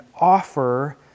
offer